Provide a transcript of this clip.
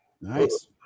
Nice